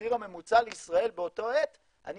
מהמחיר הממוצע לישראל באותה עת אני